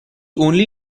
only